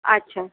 अच्छा